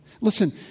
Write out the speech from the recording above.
Listen